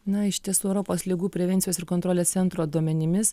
na iš tiesų europos ligų prevencijos ir kontrolės centro duomenimis